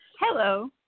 Hello